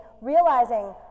realizing